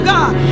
God